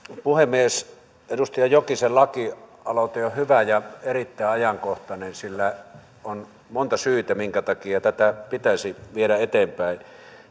puhemies edustaja jokisen lakialoite on on hyvä ja erittäin ajankohtainen sillä on monta syytä minkä takia tätä pitäisi viedä eteenpäin